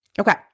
Okay